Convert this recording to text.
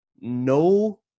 no